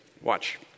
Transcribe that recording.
Watch